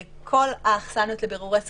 כל האכסניות לבירורי סכסוכים,